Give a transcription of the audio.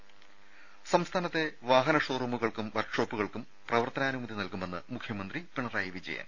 ത സംസ്ഥാനത്തെ വാഹനഷോറൂമുകൾക്കും വർക്ക്ഷോപ്പുകൾക്കും പ്രവർത്തനാനുമതി നൽകുമെന്ന് മുഖ്യമന്ത്രി പിണറായി വിജയൻ